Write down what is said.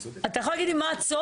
אתה יכול להגיד לי מה הצורך?